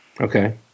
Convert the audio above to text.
Okay